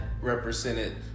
represented